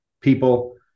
people